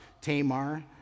Tamar